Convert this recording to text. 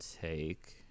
take